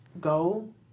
Go